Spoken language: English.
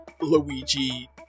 Luigi